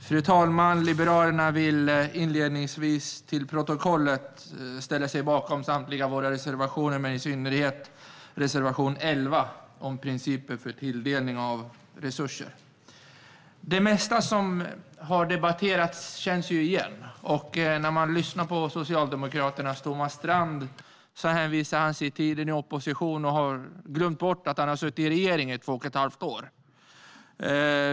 Fru talman! Liberalerna vill inledningsvis föra till protokollet att vi ställer oss bakom samtliga våra reservationer, men vi yrkar bifall endast till reservation 11, Beslut om principer för resursfördelning . Det mesta som har debatterats känns igen. Socialdemokraternas Thomas Strand hänvisar till sin tid i opposition, och han har glömt bort att hans parti har suttit i regeringen i två och ett halvt år.